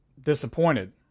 disappointed